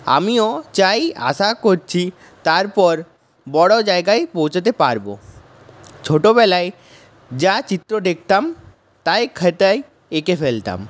আমিও চাই আশা করছি তারপর বড়ো জায়গায় পৌঁছোতে পারব ছোটোবেলায় যা চিত্র দেখতাম তাই খাতায় এঁকে ফেলতাম